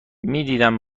میدیدم